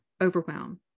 overwhelm